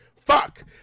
fuck